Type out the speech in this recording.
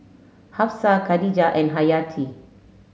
Hafsa Khadija and Hayati